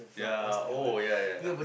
ya oh ya ya